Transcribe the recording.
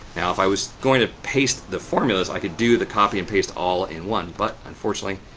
now, if i was going to paste the formulas, i could do the copy and paste all in one, but unfortunately,